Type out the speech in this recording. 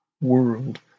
world